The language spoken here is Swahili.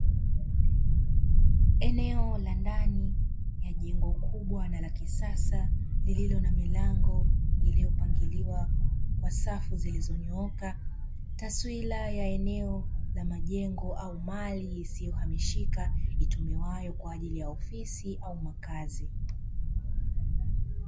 Eneo la ndani la jengo kubwa na la kisasa lililo na milango iliyopangiliwa kwa safu zilizonyooka. Taswira ya eneo la majengo au mali isiyohamishika itumiwayo kwaajili ya ofisi au makazi.